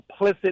complicit